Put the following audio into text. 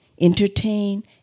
entertain